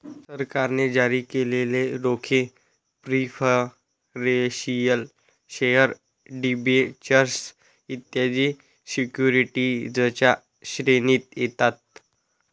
सरकारने जारी केलेले रोखे प्रिफरेंशियल शेअर डिबेंचर्स इत्यादी सिक्युरिटीजच्या श्रेणीत येतात